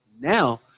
now